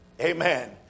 Amen